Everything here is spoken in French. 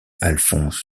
alphonse